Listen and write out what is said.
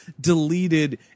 deleted